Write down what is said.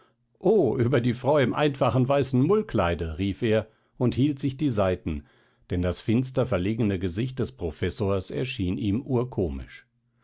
o über die frau im einfachen weißen mullkleide rief er und hielt sich die seiten denn das finster verlegene gesicht des professors erschien ihm urkomisch